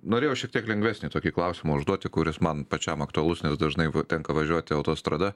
norėjau šiek tiek lengvesnį tokį klausimą užduoti kuris man pačiam aktualus nes dažnai va tenka važiuoti autostrada